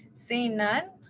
seeing none,